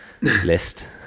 list